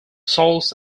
salts